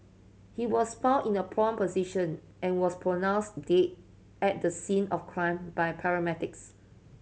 he was found in a prone position and was pronounce dead at the scene of crime by paramedics